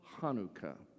Hanukkah